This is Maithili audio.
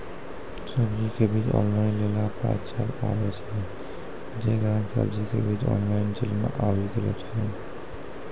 सब्जी के बीज ऑनलाइन लेला पे अच्छा आवे छै, जे कारण सब्जी के बीज ऑनलाइन चलन आवी गेलौ छै?